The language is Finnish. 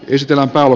esitellä talo